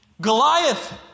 Goliath